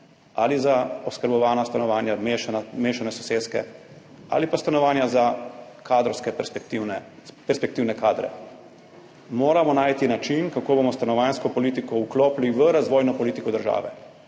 ali za oskrbovana stanovanja, mešane soseske ali pa stanovanja za perspektivne kadre. Moramo najti način, kako bomo stanovanjsko politiko vklopili v razvojno politiko države